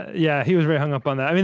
yeah he was very hung up on that,